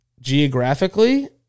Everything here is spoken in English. geographically